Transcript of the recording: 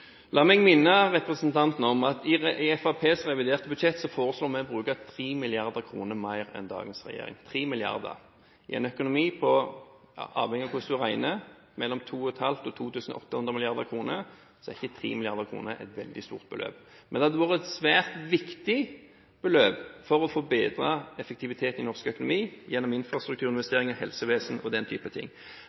La meg minne representanten om at i Fremskrittspartiets reviderte budsjett foreslår vi å bruke 3 mrd. kr mer enn dagens regjering – 3 mrd. kr i en økonomi på, avhengig av hvordan du regner, på mellom 2500 og 2800 mrd. kr. Da er ikke 3 mrd. kr et veldig stort beløp, Men det hadde vært et svært viktig beløp for å få bedret effektiviteten i norsk økonomi gjennom infrastrukturen og investeringer i helsevesen og den type ting.